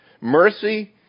Mercy